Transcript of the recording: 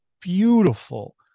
beautiful